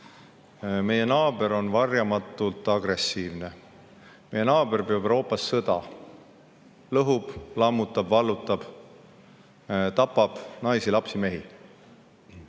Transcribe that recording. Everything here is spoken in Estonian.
Meie naaber on varjamatult agressiivne, meie naaber peab Euroopas sõda, lõhub, lammutab, vallutab, tapab naisi, lapsi, mehi.